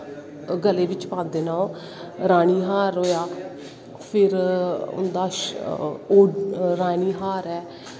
गले बिच्च पांदे न रानी हांर होया फिर होंदा रानी हार ऐ